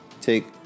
Take